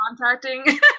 contacting